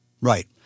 Right